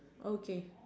okay